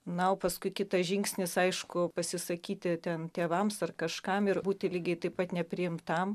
na o paskui kitas žingsnis aišku pasisakyti ten tėvams ar kažkam ir būti lygiai taip pat nepriimtam